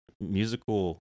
Musical